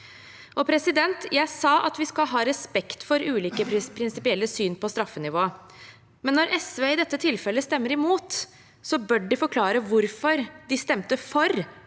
egenverdi. Jeg sa at vi skal ha respekt for ulike prinsipielle syn på straffenivået. Men når SV i dette tilfellet stemmer imot, så bør de forklare hvorfor de stemte for